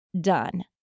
done